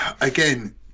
again